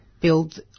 build